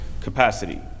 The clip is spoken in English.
capacity